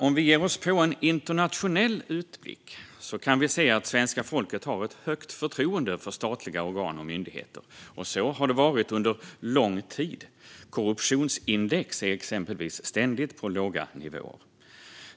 Om vi ger oss på en internationell utblick kan vi se att svenska folket har ett högt förtroende för statliga organ och myndigheter, och så har det varit under lång tid. Korruptionsindex ligger exempelvis ständigt på låga nivåer.